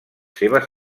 seves